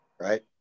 right